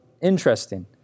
interesting